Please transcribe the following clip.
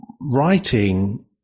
writing